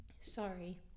sorry